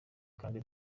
kandi